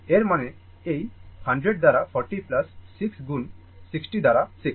এর মানে এই 100 দ্বারা 40 6 গুণ 60 দ্বারা 6